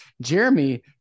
Jeremy